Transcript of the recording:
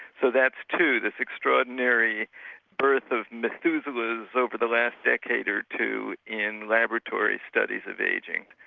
so that's two this extraordinary birth of methuselahs over the last decade or two in laboratory studies of ageing.